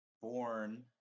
born